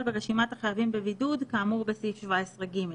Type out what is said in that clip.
ברשימת החייבים בבידוד כמאור בסעיף 17(ג).